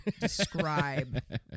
describe